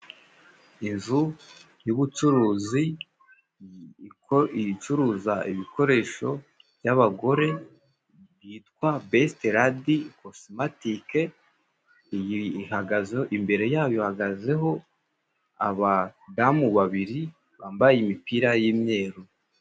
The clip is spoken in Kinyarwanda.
Inzu y'ubucuruzi icuruza ibikoresho by'abagore byitwa besiteradi kosimatike, iyi ihagaze imbere ya yo ihagazeho abadamu babiri bambaye imipira y'imyeru.